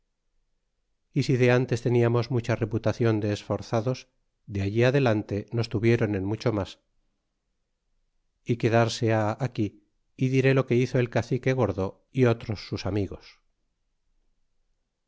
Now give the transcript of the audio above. si de ntes tefiamos mucha reputacion de esforzados de allí adelante nos tuvieron en mucho mas y quedarseha aquí y diré lo que hizo el cacique gordo y otros sus amigos